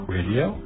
Radio